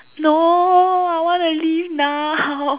no I wanna leave now